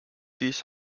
these